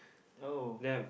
oh